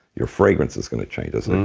your fragrance is going to change, isn't